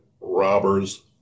robbers